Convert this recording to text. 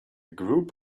group